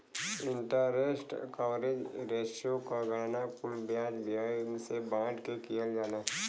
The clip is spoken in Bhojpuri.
इंटरेस्ट कवरेज रेश्यो क गणना कुल ब्याज व्यय से बांट के किहल जाला